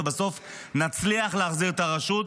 ובסוף נצליח להחזיר את הרשות,